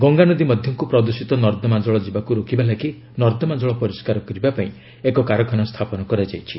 ଗଙ୍ଗା ନଦୀ ମଧ୍ୟକୁ ପ୍ରଦୂଷିତ ନର୍ଦ୍ଦମା ଜଳ ଯିବାକୁ ରୋକିବା ଲାଗି ନର୍ଦ୍ଦମା ଜଳ ପରିଷ୍କାର କରିବା ପାଇଁ ଏକ କାରଖାନା ସ୍ଥାପନ କରାଯାଇଛି